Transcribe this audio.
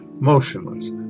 motionless